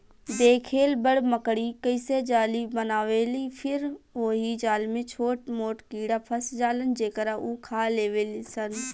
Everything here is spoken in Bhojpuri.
देखेल बड़ मकड़ी कइसे जाली बनावेलि फिर ओहि जाल में छोट मोट कीड़ा फस जालन जेकरा उ खा लेवेलिसन